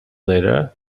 later